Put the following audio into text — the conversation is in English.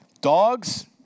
Dogs